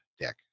deck